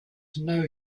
know